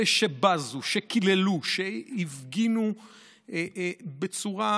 אלה שבזו, שקיללו, שהפגינו לעיתים,